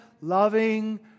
loving